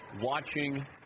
watching